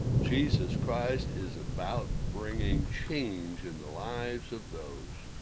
jesus christ is about bringing change in the lives of those,